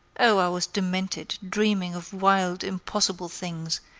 oh! i was demented, dreaming of wild, impossible things,